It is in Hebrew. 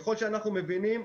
ככל שאנחנו מבינים,